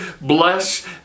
Bless